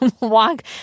walk